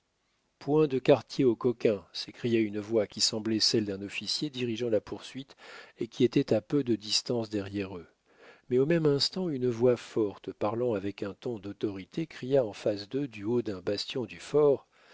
point de quartier aux coquins s'écria une voix qui semblait celle d'un officier dirigeant la poursuite et qui était à peu de distance derrière eux mais au même instant une voix forte parlant avec un ton d'autorité cria en face d'eux du haut d'un bastion du fort